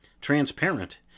transparent